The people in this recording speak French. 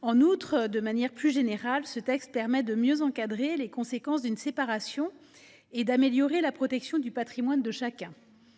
En outre, et de manière plus générale, ce texte permet de mieux encadrer les conséquences d’une séparation et d’améliorer la protection du patrimoine de chacun.